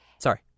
Sorry